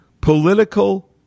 political